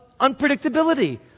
unpredictability